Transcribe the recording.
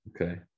Okay